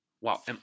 Wow